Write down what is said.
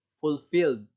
fulfilled